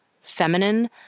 feminine